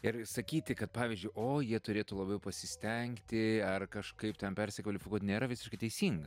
ir sakyti kad pavyzdžiui o jie turėtų labiau pasistengti ar kažkaip ten persikvalifikuot nėra visiškai teisinga